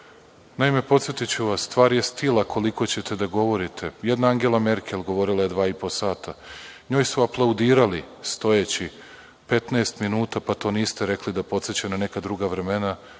čuje. Podsetiću vas, stvar je stila koliko ćete da govorite. Jedna Angela Merkel govorila je dva i po sata. Njoj su aplaudirali stojeći 15 minuta, pa to niste rekli da podseća na neka druga vremena,